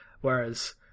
whereas